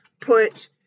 Put